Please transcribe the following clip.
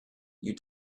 you